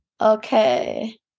Okay